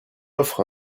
offre